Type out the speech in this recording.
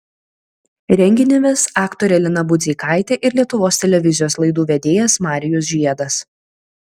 renginį ves aktorė lina budzeikaitė ir lietuvos televizijos laidų vedėjas marijus žiedas